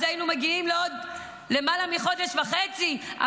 אז היינו מגיעים לעוד למעלה מחודש וחצי,